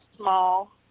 small